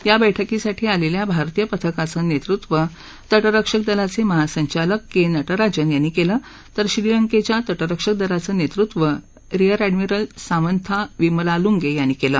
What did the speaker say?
या बैठकीसाठी आलेल्या भारतीय पथकाचं नेतृत्व तटरक्षक दलाचे महासंचालक के नटराजन यांनी केलं तर श्रीलंकेच्या तटरक्षक दलाचं नेतृत्व रिअर अद्वमिरल सामंथा विमलालुंगे यांनी केलं